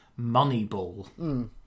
moneyball